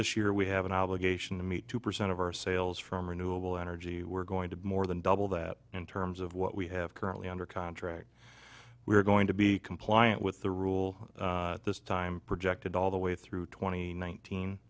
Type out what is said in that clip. this year we have an obligation to meet two percent of our sales from renewable energy we're going to be more than double that in terms of what we have currently under contract we are going to be compliant with the rule this time projected all the way through twenty nineteen